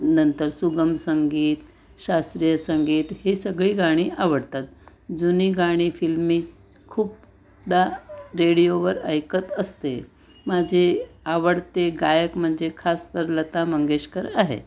नंतर सुगम संगीत शास्त्रीय संगीत हे सगळी गाणी आवडतात जुनी गाणी फिल्मी खूपदा रेडिओवर ऐकत असते माझे आवडते गायक म्हणजे खास तर लता मंगेशकर आहे